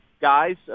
guys